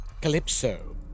Calypso